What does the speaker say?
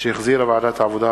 שהחזירה ועדת העבודה,